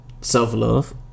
self-love